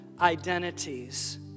identities